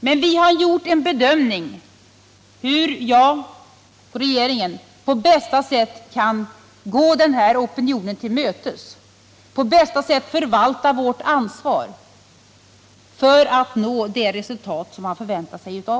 Men vi har gjort en bedömning av hur regeringen på bästa sätt kan gå den här opinionen till mötes, på bästa sätt förvalta vårt ansvar för att nå det resultat som man förväntar sig av oss.